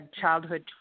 childhood